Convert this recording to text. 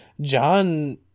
John